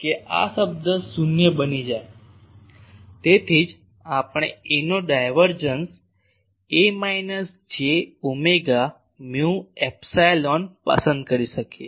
કે આ શબ્દ શૂન્ય બની જાય છે તેથી જ આપણે A નો ડાયવર્જન્સ એ minus j omega mu epsilon પસંદ કરી શકીએ